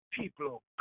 people